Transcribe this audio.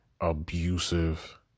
abusive